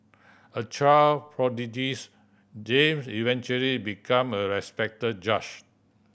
a child prodigy James eventually became a respected judge